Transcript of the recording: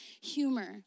humor